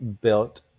built